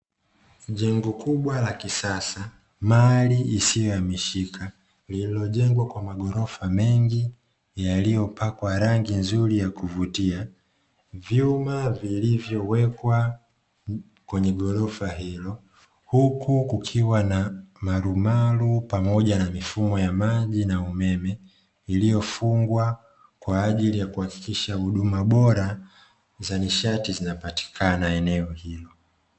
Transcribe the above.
Jengo kubwa la kisasa mali isiyo hamishika lililo jengwa kwq magorofa mengi yaliyopakwa rangi nzuri za kuvutia. Jengo hilo pia limejengwa kwa vyuma huku kukiwa na malumalu pamoja na mifumo ya maji na umemee, iliyofungwa kwa ajili ya kuhakisha huduma bora za nishati zinapatikana katika eneo hilo.